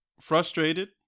Frustrated